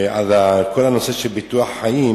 של ביטוח חיים: